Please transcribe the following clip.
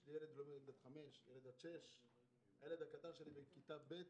לי ילד בן 5, בן 6. הילד שלי מכיתה ב'